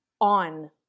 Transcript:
on